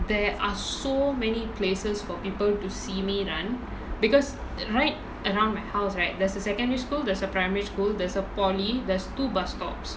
there are so many places for people to see me run because right around my house right there's a secondary school there's a primary school there's a polytechnic there's two bus stops